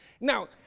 Now